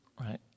right